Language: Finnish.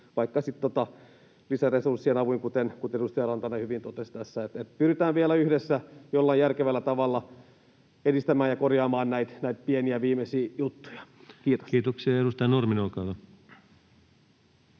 sitten lisäresurssien avuin, kuten edustaja Rantanen hyvin totesi tässä. Pyritään vielä yhdessä jollain järkevällä tavalla edistämään ja korjaamaan näitä pieniä viimeisiä juttuja. — Kiitos. Kiitoksia. — Ja edustaja Nurminen, olkaa hyvä.